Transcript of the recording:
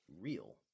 real